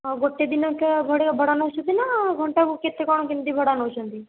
ହଁ ଗୋଟେ ଦିନକା ଭଡ଼ା ନେଉଛନ୍ତି ନା ଘଣ୍ଟାକୁ କେତେ କ'ଣ କେମିତି ଭଡ଼ା ନେଉଛନ୍ତି